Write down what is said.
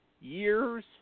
years